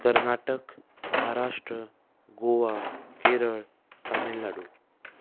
Karnataka Maharashtra Goa Kerala Tamil Nadu